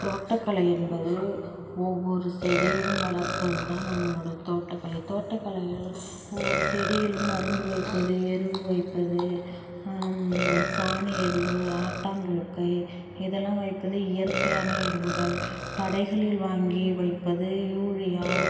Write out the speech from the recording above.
தோட்டக்கலை என்பது ஒவ்வொரு செடியும் வளர்ப்பது தான் நம்மளோடய தோட்டக்கலை தோட்டக்கலை ஒவ்வொரு செடியிலும் மருந்து வைப்பது எரு வைப்பது சாணி எரு ஆட்டாம் புழுக்கை இதெல்லாம் வைப்பது இயற்கையான எருகள் கடைகளில் வாங்கி வைப்பது யூரியா